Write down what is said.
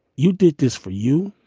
you did this for you.